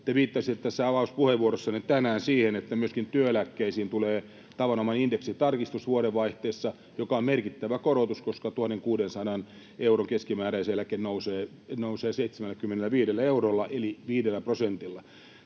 Te viittasitte avauspuheenvuorossanne tänään siihen, että myöskin työeläkkeisiin tulee vuodenvaihteessa tavanomainen indeksitarkistus, joka on merkittävä korotus, koska 1 600 euron keskimääräiseläke nousee 75 eurolla eli 5 prosentilla.